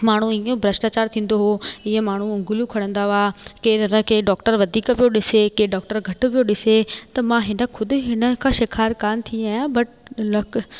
माण्हू इहो भ्रष्टाचार थींदो हुओ इहे माण्हू उंगलियूं खणंदा हुआ केर न केर डॉक्टर वधीक पियो ॾिसे के डॉक्टर घटि पियो ॾिसे त मां हिन ख़ुदि हिन खां शिकार कोन थी आहियां बट लक